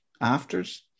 Afters